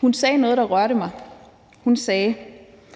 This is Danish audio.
Hun sagde noget, der rørte mig. Hun sagde: